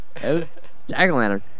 jack-o'-lantern